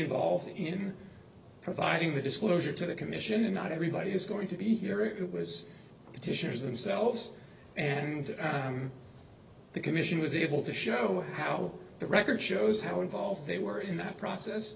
involved in providing the disclosure to the commission and not everybody is going to be here it was it issues themselves and the commission was able to show how the record shows how involved they were in that process